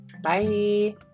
Bye